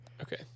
Okay